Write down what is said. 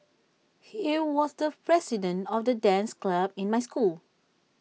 he was the president of the dance club in my school